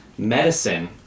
medicine